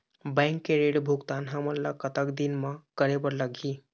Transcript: Bank के ऋण भुगतान हमन ला कतक दिन म करे बर लगही?